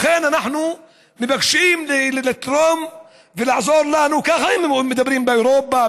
לכן אנחנו מבקשים לתרום ולעזור לנו ככה הם מדברים באירופה,